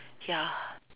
ya